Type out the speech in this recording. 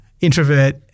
Introvert